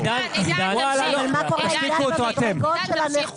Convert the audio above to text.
אני רוצה להמשיך